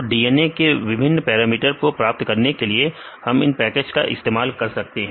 तो DNA के विभिन्न पैरामीटर को प्राप्त करने के लिए हम इन पैकेज का इस्तेमाल कर सकते हैं